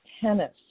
tennis